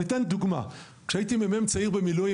אתן דוגמה: כשהייתי מ"מ צעיר במילואים,